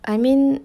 I mean